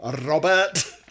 Robert